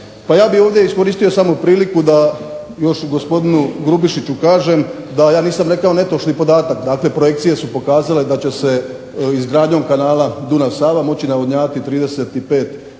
Pa ja bih ovdje iskoristio samo priliku da još gospodinu Grubišiću kažem da ja nisam rekao netočni podatak. Dakle, projekcije su pokazale da će se izgradnjom kanala Dunav-Sava moći navodnjavati 35